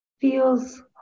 feels